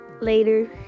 later